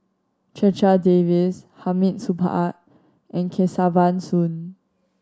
Checha Davies Hamid Supaat and Kesavan Soon